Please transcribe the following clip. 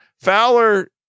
Fowler